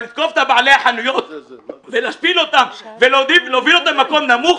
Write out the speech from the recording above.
אבל לתקוף את בעלי החנויות ולהשפיל אותם ולהוביל אותם למקום נמוך,